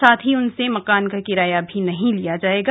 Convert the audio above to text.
साथ ही उनसे मकान का किराया भी नहीं लिया जाएगा